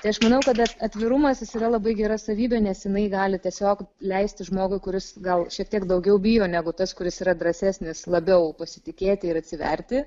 tai aš manau kad atvirumas jis yra labai gera savybė nes jinai gali tiesiog leisti žmogui kuris gal šiek tiek daugiau bijo negu tas kuris yra drąsesnis labiau pasitikėti ir atsiverti